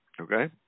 Okay